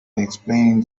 explaining